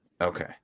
okay